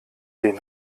den